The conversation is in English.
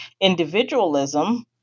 individualism